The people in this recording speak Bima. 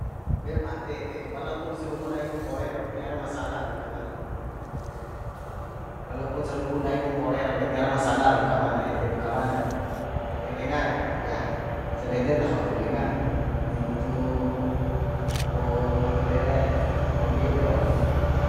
Bera bade ede ku walaupun sarumbu ndai kum mpore rau tiara masala raun kawana e walaupun sarumbu ndai kum mpore rau ke tiara masalah raun kawan e ede ku kawan e ede ku lenga e sandede tahop den lenga nuntu nuntu ndai re kombi ede waupa ni